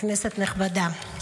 כנסת נכבדה,